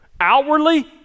Outwardly